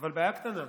אבל בעיה קטנה: